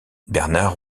bernard